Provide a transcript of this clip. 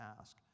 ask